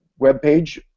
webpage